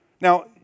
Now